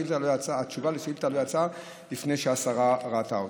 התשובה על השאילתה לא יצאה לפני שהשרה ראתה אותה,